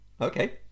Okay